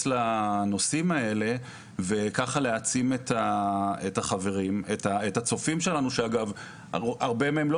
לנושאים האלה ולהעצים את הצופים שלנו שרבים מהם לא